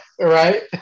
Right